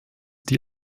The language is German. die